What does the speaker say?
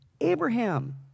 Abraham